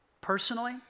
Personally